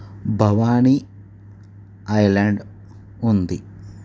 Bhavani island ఉంది